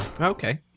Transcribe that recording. Okay